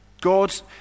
God